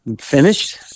finished